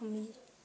আমি